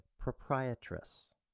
Proprietress